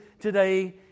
today